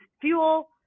fuel